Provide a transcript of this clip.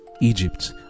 Egypt